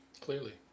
Clearly